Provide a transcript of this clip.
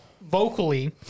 vocally